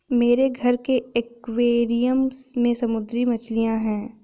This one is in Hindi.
मेरे घर के एक्वैरियम में समुद्री मछलियां हैं